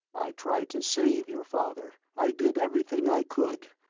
i tried to save your father, i did everything i could.